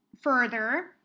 further